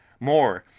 more,